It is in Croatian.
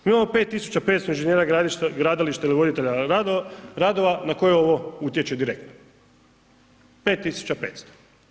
Mi imamo 5500 inženjera gradilišta ili voditelja radova na koje ovo utječe direktno, 5500.